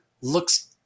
looks